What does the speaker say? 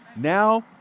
now